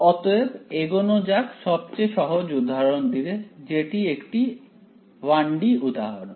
অতএব এগোনো যাক সবচেয়ে সহজ উদাহরণ দিয়ে যেটি একটি 1 D উদাহরণ